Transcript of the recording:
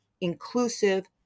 inclusive